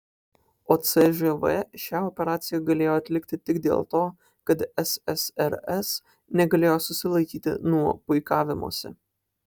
o cžv šią operaciją galėjo atlikti tik dėl to kad ssrs negalėjo susilaikyti nuo puikavimosi